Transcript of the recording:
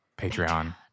Patreon